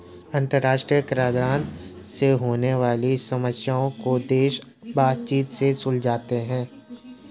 अंतरराष्ट्रीय कराधान से होने वाली समस्याओं को देश बातचीत से सुलझाते हैं